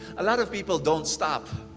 a lot of people don't stop.